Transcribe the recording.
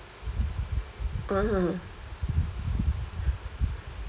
(uh huh)